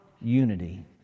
unity